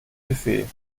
buffet